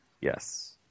Yes